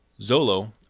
Zolo